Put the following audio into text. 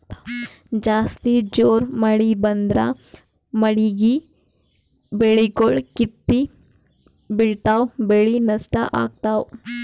ಜಾಸ್ತಿ ಜೋರ್ ಮಳಿ ಬಂದ್ರ ಮಳೀಗಿ ಬೆಳಿಗೊಳ್ ಕಿತ್ತಿ ಬಿಳ್ತಾವ್ ಬೆಳಿ ನಷ್ಟ್ ಆಗ್ತಾವ್